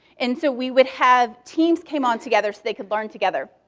and so we would have teams came on together so they could learn together.